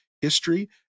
history